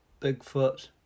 Bigfoot